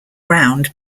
round